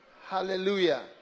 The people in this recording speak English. Hallelujah